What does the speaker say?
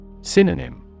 Synonym